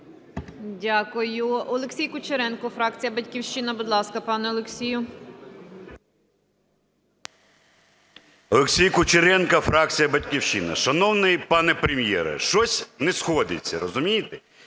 Дякую. Олексій Кучеренко, фракція "Батьківщина". Будь ласка, пане Олексію. 10:37:54 КУЧЕРЕНКО О.Ю. Олексій Кучеренко, фракція "Батьківщина". Шановний пане Прем'єре, щось не сходиться, розумієте.